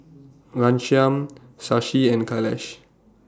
Ghanshyam Shashi and Kailash